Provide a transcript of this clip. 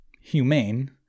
humane